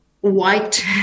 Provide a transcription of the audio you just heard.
white